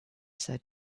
said